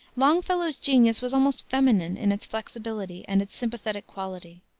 longfellow's genius was almost feminine in its flexibility and its sympathetic quality.